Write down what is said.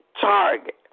target